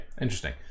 interesting